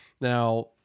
now